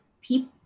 people